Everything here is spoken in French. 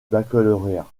baccalauréat